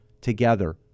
together